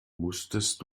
musstest